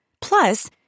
Plus